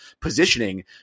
positioning